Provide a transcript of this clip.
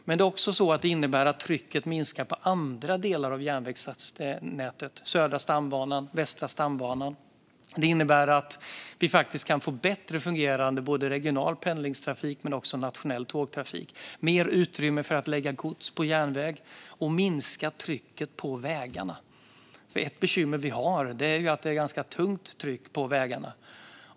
Men detta innebär också att trycket minskar på andra delar av järnvägsnätet - Södra stambanan och Västra stambanan. Det innebär att vi faktiskt kan få bättre fungerande regional pendlingstrafik men också nationell tågtrafik. Det blir mer utrymme för att lägga gods på järnväg och minska trycket på vägarna. Ett bekymmer vi har är att det är ett ganska tungt tryck på vägarna.